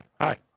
Hi